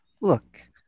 look